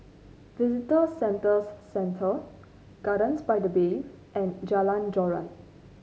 Visitor Services Centre Gardens by the Bay and Jalan Joran